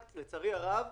מי ילמד מחר.